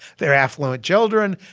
they're affluent children,